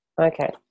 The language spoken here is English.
okay